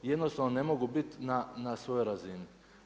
Jednostavno ne mogu bit na svojoj razini.